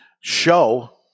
show